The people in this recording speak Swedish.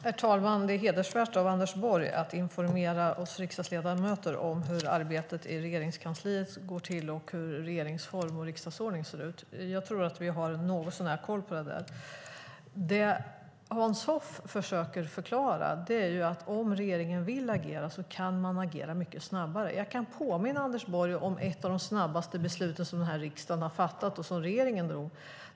Herr talman! Det är hedervärt av Anders Borg att informera oss riksdagsledamöter om hur arbetet i Regeringskansliet går till och hur regeringsformen och riksdagsordningen ser ut. Men jag tror att vi har något så när koll på det där. Det Hans Hoff försöker förklara är att om regeringen vill agera kan den göra det mycket snabbare. Jag kan påminna Anders Borg om ett av de snabbaste beslut som riksdagen har fattat och som regeringen drev på.